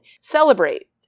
celebrate